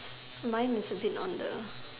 mine is a bit on the